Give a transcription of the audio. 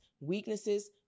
weaknesses